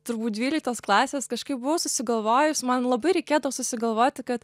turbūt dvyliktos klasės kažkaip buvau susigalvojus man labai reikėtų susigalvoti kad